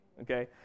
okay